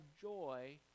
joy